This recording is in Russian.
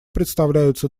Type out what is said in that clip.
представляются